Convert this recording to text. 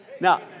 Now